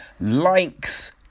likes